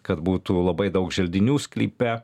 kad būtų labai daug želdinių sklype